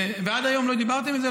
ועד היום לא דיברתם על זה?